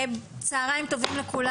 צהריים טובים לכולם.